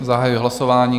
Zahajuji hlasování.